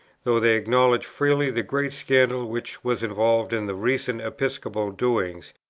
though they acknowledged freely the great scandal which was involved in the recent episcopal doings,